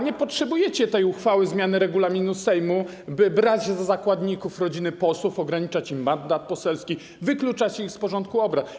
Nie potrzebujecie tej uchwały, zmiany regulaminu Sejmu, by brać za zakładników rodziny posłów, ograniczać im mandat poselski, wykluczać ich z porządku obrad.